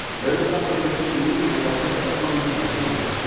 there's somebody that you can email or pick up the phone saying, hey,